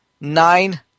nine